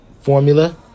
formula